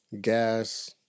Gas